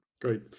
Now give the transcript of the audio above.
Great